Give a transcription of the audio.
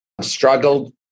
struggled